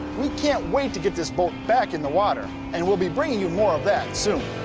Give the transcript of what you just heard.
we can't wait to get this boat back in the water, and we'll be bringing you more of that soon.